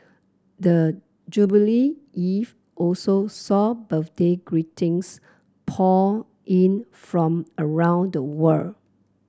the jubilee eve also saw birthday greetings pour in from around the world